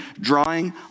drawing